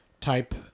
type